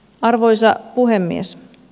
arvoisa puhemies